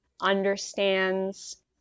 understands